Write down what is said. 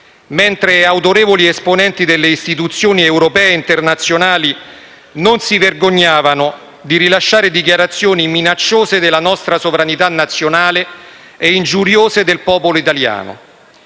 mentre autorevoli esponenti delle istituzioni europee e internazionali non si vergognavano di rilasciare dichiarazioni minacciose della nostra sovranità nazionale e ingiuriose del popolo italiano.